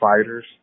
fighters